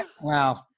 Wow